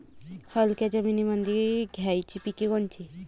हलक्या जमीनीमंदी घ्यायची पिके कोनची?